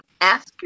ask